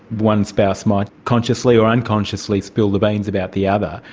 one spouse might consciously or unconsciously spill the beans about the other,